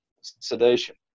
sedation